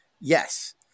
yes